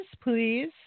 please